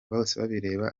bosebabireba